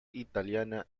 italiana